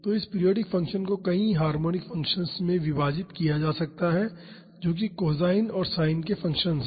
तो इस periodic function को कई हार्मोनिक फ़ंक्शन्स में विभाजित किया जा सकता है जो कि कोसाइन और साइन के फ़ंक्शन्स हैं